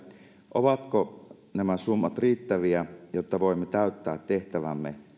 ovatko nämä summat riittäviä jotta voimme täyttää tehtävämme